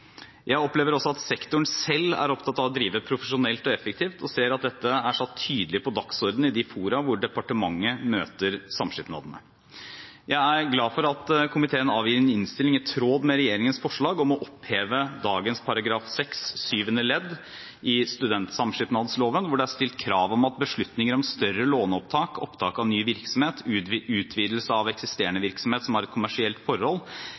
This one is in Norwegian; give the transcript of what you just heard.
Jeg opplever også at sektoren selv er opptatt av å drive profesjonelt og effektivt, og ser at dette er satt tydelig på dagsordenen i de fora hvor departementet møter samskipnadene. Jeg er glad for at komiteen avgir en innstilling i tråd med regjeringens forslag om å oppheve dagens § 6 syvende ledd i studentsamskipnadsloven, hvor det er stilt krav om at beslutninger om større låneopptak, oppstart av ny virksomhet, utvidelse av eksisterende virksomhet som har et kommersielt